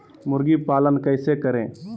मुर्गी पालन कैसे करें?